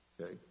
Okay